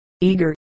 eager